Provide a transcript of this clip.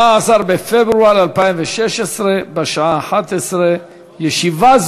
17 בפברואר 2016, בשעה 11:00. ישיבה